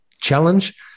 challenge